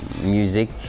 music